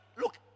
look